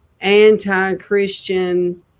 anti-Christian